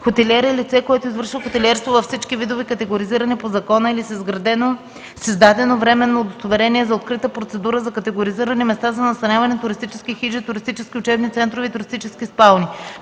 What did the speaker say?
„Хотелиер” е лице, което извършва хотелиерство във всички видове категоризирани по закона или с издадено временно удостоверение за открита процедура за категоризиране места за настаняване, туристически хижи, туристически учебни центрове и туристически спални.